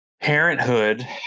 Parenthood